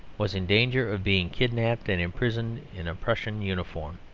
was in danger of being kidnapped and imprisoned in a prussian uniform.